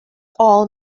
all